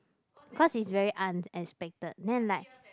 cause it's very unexpected then I'm like